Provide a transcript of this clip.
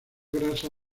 grasa